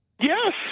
Yes